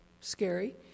scary